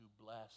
bless